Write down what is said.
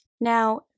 Now